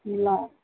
ल